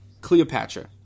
Cleopatra